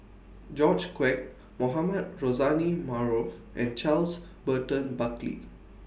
George Quek Mohamed Rozani Maarof and Charles Burton Buckley